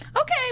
okay